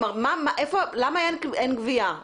למה אין גבייה?